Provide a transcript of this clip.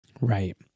Right